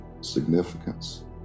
significance